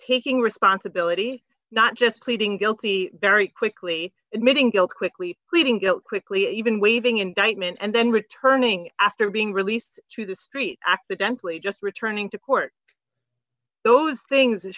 taking responsibility not just pleading guilty very quickly admitting guilt quickly pleading guilty plea even waiving indictment and then returning after being released to the street accidentally just returning to court those things that